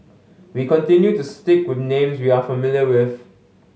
we continue to stick with names we are familiar with